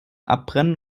abbrennen